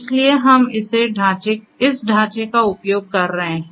इसलिए हम इस ढांचे का उपयोग कर रहे हैं